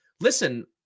listen